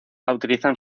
utilizan